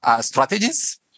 strategies